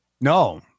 No